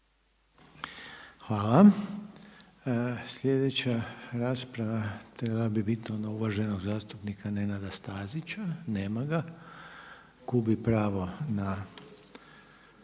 Hvala. Sljedeća rasprava trebala bi biti ona uvaženog zastupnika Nenada Stazića. Nema ga, gubi pravo na